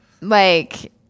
like-